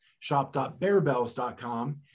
shop.bearbells.com